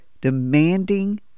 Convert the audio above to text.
demanding